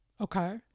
okay